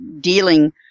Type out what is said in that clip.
dealing